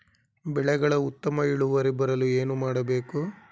ಬೆಳೆಗಳ ಉತ್ತಮ ಇಳುವರಿ ಬರಲು ಏನು ಮಾಡಬೇಕು?